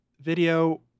video